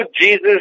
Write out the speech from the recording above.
Jesus